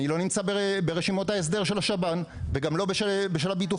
אני לא נמצא ברשימות ההסדר של השב"ן וגם לא בשל הביטוחים.